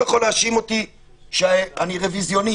יכול להאשים אותי שאני רוויזיוניסט.